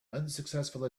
unsuccessful